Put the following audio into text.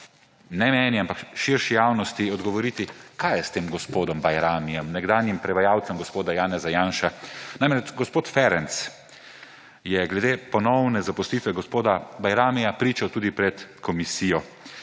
ne meni, ampak širši javnosti – odgovoriti, kaj je s tem gospodom Bajramijem, nekdanjim prevajalcem gospoda Janeza Janše. Namreč, gospod Ferenc je glede ponovne zaposlitve gospoda Bajramija pričal tudi pred komisijo.